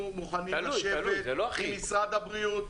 אנחנו מוכנים לשבת עם משרד הבריאות.